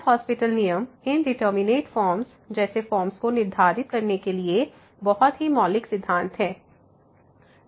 L hospital LHospital नियम indeterminate forms जैसे forms को निर्धारित करने के लिए बहुत ही मौलिक सिद्धांत हैं